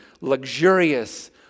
luxurious